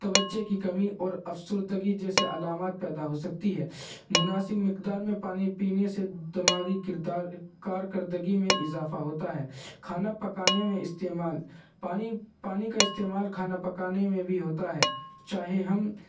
توجہ کی کمی اور افسردگی جیسے علامات پیدا ہو سکتی ہے مناسب مقدار میں پانی پینے سے دماغی کردار کارکردگی میں اضافہ ہوتا ہے کھانا پکانے میں استعمال پانی پانی کا استعمال کھانا پکانے میں بھی ہوتا ہے چاہے ہم